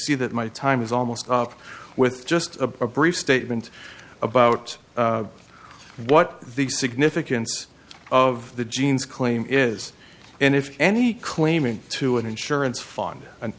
see that my time is almost up with just a brief statement about what the significance of the jeans claim is and if any claimant to an insurance fund and